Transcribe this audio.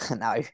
no